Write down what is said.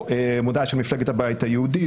או מודעה של מפלגת הבית היהודי,